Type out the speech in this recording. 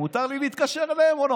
מותר לי להתקשר אליהם או לא,